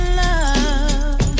love